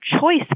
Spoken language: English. choice